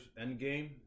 Endgame